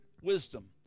wisdom